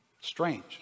Strange